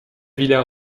villa